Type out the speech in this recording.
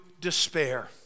despair